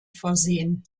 versehen